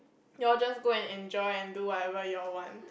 you all just go and enjoy and do whatever you all want